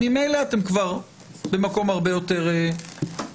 ממילא אתם כבר במקום הרבה יותר מתקדם.